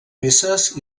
peces